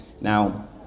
Now